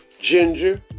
Ginger